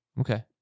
Okay